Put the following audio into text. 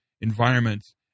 environments